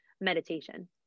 meditation